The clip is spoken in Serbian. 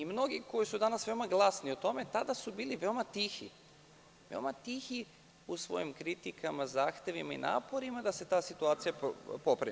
Mnogi koji su danas veoma glasni o tome, tada su bili veoma tihi u svojim kritikama, zahtevima i naporima da se ta situacija popravi.